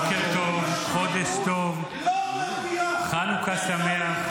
בוקר טוב, חודש טוב, חנוכה שמח.